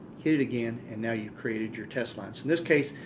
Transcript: hit it again and now you've created your test line. so in this case,